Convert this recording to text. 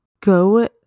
Go